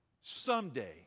someday